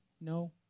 no